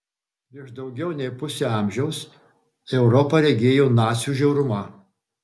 prieš daugiau nei pusę amžiaus europa regėjo nacių žiaurumą